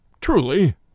Truly